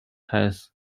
has